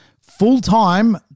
full-time